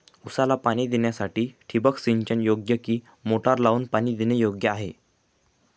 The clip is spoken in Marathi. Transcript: ऊसाला पाणी देण्यासाठी ठिबक सिंचन योग्य कि मोटर लावून पाणी देणे योग्य आहे?